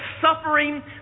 suffering